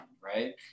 right